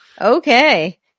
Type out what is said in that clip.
Okay